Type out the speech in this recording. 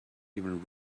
even